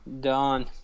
Done